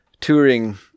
touring